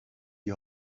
die